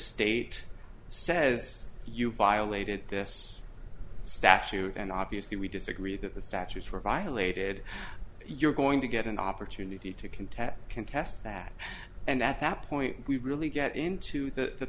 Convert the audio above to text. state says you violated this statute and obviously we disagree that the statutes were violated you're going to get an opportunity to contest contest that and at that point we really get into the t